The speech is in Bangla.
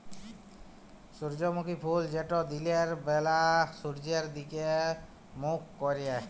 সূর্যমুখী ফুল যেট দিলের ব্যালা সূর্যের দিগে মুখ ক্যরে